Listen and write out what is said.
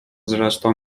zresztą